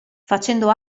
facendo